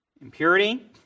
Impurity